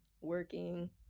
working